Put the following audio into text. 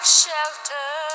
shelter